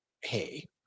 Hey